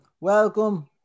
Welcome